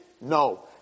No